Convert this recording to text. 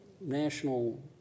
National